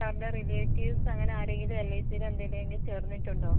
സാറിൻ്റെ റിലേറ്റീവ്സ് അങ്ങനെ ആരെങ്കിലും എൽ ഐ സിയിലോ എന്തിലെങ്കിലും ചേർന്നിട്ടുണ്ടോ